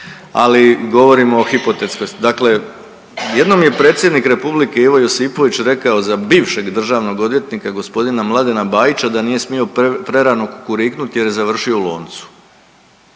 Ali govorimo o hipotetskoj, dakle jednom je Predsjednik Republike Ivo Josipović rekao za bivšeg državnog odvjetnika gospodina Mladena Bajića da nije smio prerano kukuriknut jer je završio u loncu.